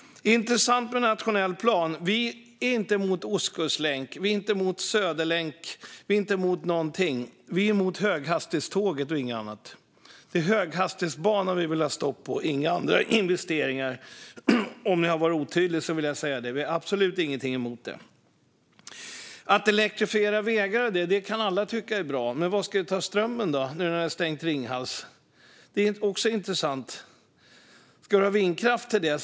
När det gäller den nationella planen är vi varken emot en oskustlänk eller en söderlänk. Vi är emot höghastighetståget och inget annat. Det är höghastighetsbanan vi vill stoppa, inga andra investeringar - om jag var otydlig. Att elektrifiera vägar är bra, men varifrån ska vi ta strömmen nu när ni har stängt Ringhals? Ska vi ha vindkraft till det?